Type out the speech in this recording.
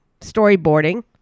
storyboarding